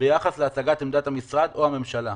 ביחס להצגת עמדת המשרד או הממשלה,